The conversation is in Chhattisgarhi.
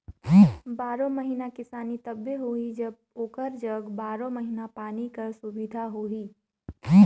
बारो महिना किसानी तबे होही जब ओकर जग बारो महिना पानी कर सुबिधा होही